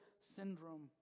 syndrome